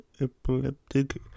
epileptic